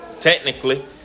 technically